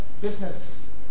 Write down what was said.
business